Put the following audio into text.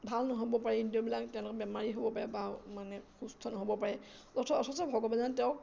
ভাল নহ'ব পাৰে ইন্দ্ৰিয়বিলাক তেওঁলোকে বেমাৰী হ'ব পাৰে বা মানে সুস্থ নহ'ব পাৰে অথচ ভগৱান তেওঁক